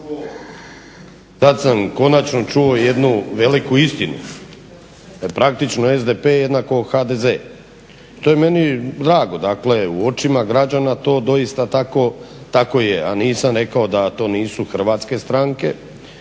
sad sam konačno čuo jednu veliku istinu, jer praktično SDP=HDZ. To je meni drago, dakle u očima građana to doista tako je, ja nisam rekao da to nisu Hrvatske stranke,